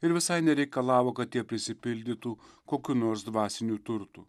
ir visai nereikalavo kad jie prisipildytų kokių nors dvasinių turtų